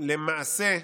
למעשה,